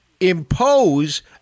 impose